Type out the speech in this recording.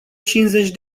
cincizeci